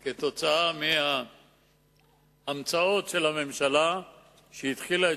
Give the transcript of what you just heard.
כתוצאה מההמצאות של הממשלה שהתחילה את